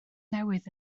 newydd